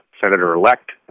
Senator-Elect